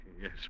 Yes